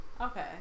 Okay